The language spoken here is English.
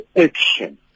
action